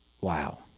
Wow